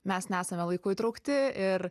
mes nesame laiku įtraukti ir